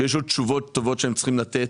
שיש עוד תשובות טובות שהם צריכים לתת.